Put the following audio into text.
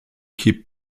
keep